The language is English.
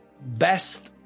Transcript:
best